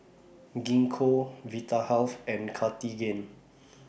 Gingko Vitahealth and Cartigain